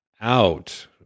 out